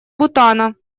бутана